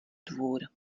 dvůr